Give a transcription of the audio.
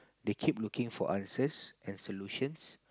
they keep looking for answers and solutions